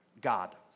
God